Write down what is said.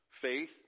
Faith